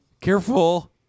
Careful